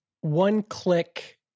one-click